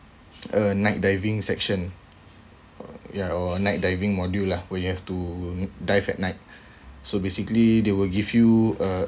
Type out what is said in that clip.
a night diving section ya or night diving module lah where you have to dive at night so basically they will give you a